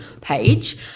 page